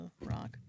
rock